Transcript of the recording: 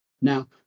Now